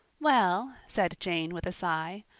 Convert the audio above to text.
well, said jane with a sigh,